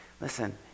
Listen